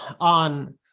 on